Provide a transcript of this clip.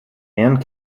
and